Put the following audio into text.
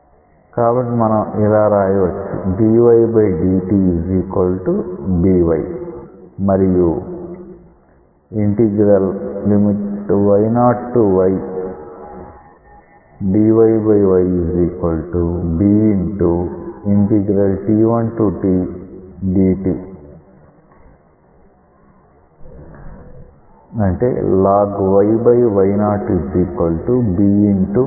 కాబట్టి మనం ఇలా వ్రాయవచ్చు dydtby మరియు y0ydyybt1tdt lnyy0b